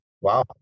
Wow